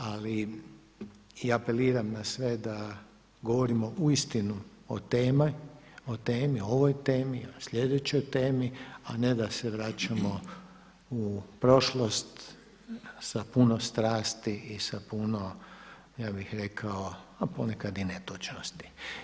Ali i apeliram na sve da govorimo uistinu o temi, o ovoj temi, o sljedećoj temi a ne da se vraćamo u prošlost sa puno strasti i sa puno ja bih rekao a ponekad i netočnosti.